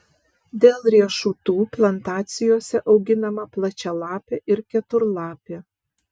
dėl riešutų plantacijose auginama plačialapė ir keturlapė